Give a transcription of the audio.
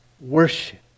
Worship